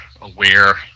aware